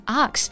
ox